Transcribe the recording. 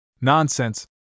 Nonsense